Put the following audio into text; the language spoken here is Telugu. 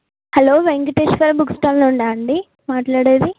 హలో వేంకటేశ్వర బుక్ స్టాల్ నుండా అండి మాట్లాడేది